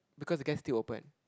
because the gas still open